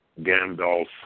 Gandalf